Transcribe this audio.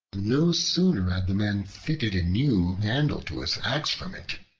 no sooner had the man fitted a new handle to his axe from it,